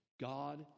God